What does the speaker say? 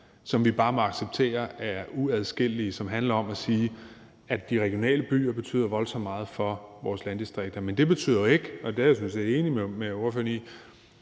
som vi bare må acceptere er uadskillelige, og som handler om at sige, at de regionale byer betyder voldsomt meget for vores landdistrikter. Men det betyder jo ikke – og det er jeg sådan set enig med spørgeren i